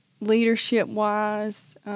leadership-wise